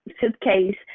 suitcase